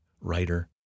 writer